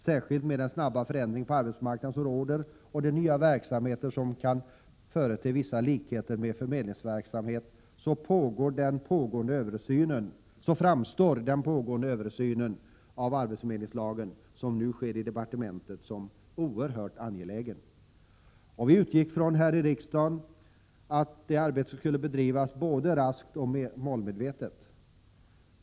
Särskilt mot bakgrund av den snabba förändring som råder på arbetsmarknaden och de nya verksamheter som kan förete vissa likheter med förmedlingsverksamhet framstår den pågående översynen av arbetsförmedlingslagen, som nu sker i departementet, som oerhört angelägen. Vi utgick här i riksdagen från att det arbetet skulle bedrivas både raskt och målmedvetet.